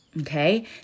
Okay